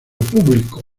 público